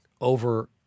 over